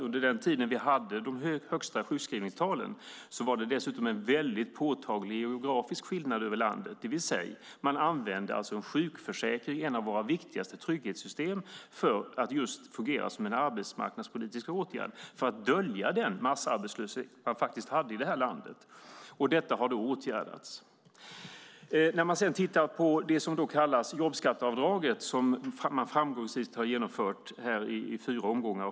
Under den tid vi hade de högsta sjukskrivningstalen var det en påtaglig geografisk skillnad över landet. Man använde sjukförsäkringen, en av våra viktigaste trygghetssystem, som en arbetsmarknadspolitisk åtgärd för att dölja den massarbetslöshet som faktiskt fanns i landet. Detta har åtgärdats. Låt oss titta på jobbskatteavdraget, som framgångsrikt har genomförts i fyra omgångar.